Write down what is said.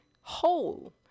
whole